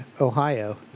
Ohio